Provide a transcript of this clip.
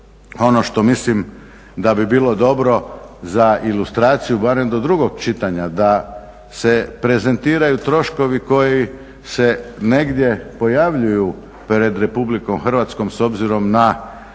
ono što mislim da bi bilo dobro za ilustraciju barem do drugog čitanja da se prezentiraju troškovi koji se negdje pojavljuju pred Republikom Hrvatskom s obzirom na